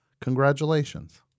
Congratulations